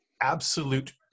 absolute